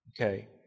Okay